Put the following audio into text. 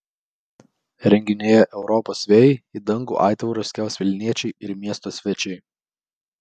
renginyje europos vėjai į dangų aitvarus kels vilniečiai ir miesto svečiai